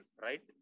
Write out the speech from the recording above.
right